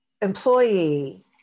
employee